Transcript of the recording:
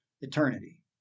eternity